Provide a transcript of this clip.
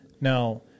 Now